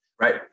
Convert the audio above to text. Right